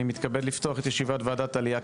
אני מתכבד לפתוח את ישיבת ועדת עלייה,